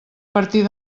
partir